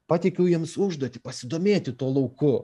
pateikiau jiems užduotį pasidomėti tuo lauku